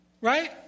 Right